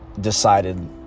decided